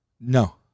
No